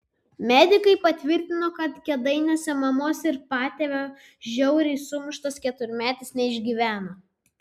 medikai patvirtino kad kėdainiuose mamos ir patėvio žiauriai sumuštas keturmetis neišgyveno